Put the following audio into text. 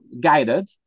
guided